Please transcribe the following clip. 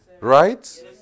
Right